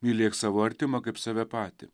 mylėk savo artimą kaip save patį